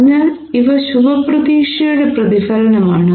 അതിനാൽ ഇവ ശുഭപ്രതീക്ഷയുടെ പ്രതിഫലനമാണ്